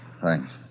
Thanks